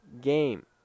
game